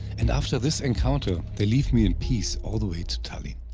and after this encounter, they leave me in peace all the way to tallinn.